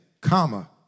comma